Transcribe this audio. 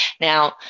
Now